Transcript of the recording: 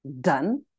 done